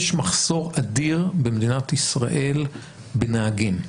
יש מחסור אדיר במדינת ישראל בנהגים,